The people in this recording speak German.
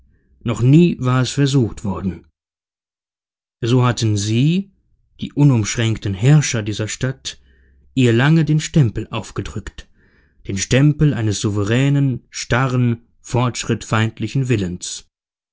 noch nie war es versucht worden so hatten sie die unumschränkten herrscher dieser stadt ihr lange den stempel aufgedrückt den stempel eines souveränen starren fortschrittfeindlichen willens